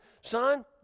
son